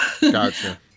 Gotcha